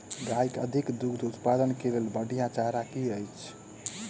गाय केँ अधिक दुग्ध उत्पादन केँ लेल बढ़िया चारा की अछि?